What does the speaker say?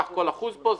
קח כל אחוז פה,